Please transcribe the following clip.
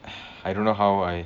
I don't know how I